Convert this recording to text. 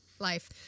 Life